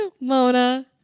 Mona